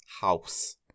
House